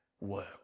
work